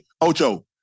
Ocho